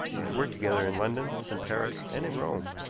they had worked together in london, in paris, and in rome.